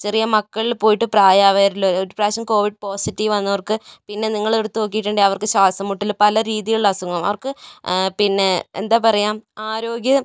ചെറിയ മക്കളിൽ പോയിട്ട് പ്രയമായവരിൽ ഒരു പ്രാവശ്യം കോവിഡ് പോസിറ്റീവ് വന്നവർക്ക് പിന്നെ നിങ്ങളെടുത്ത് നോക്കിയിട്ടുണ്ടെങ്കിൽ അവർക്ക് ശ്വാസം മുട്ടൽ പല രീതികളിൽ അസുഖങ്ങൾ അവർക്ക് പിന്നെ എന്താ പറയുക ആരോഗ്യം